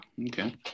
okay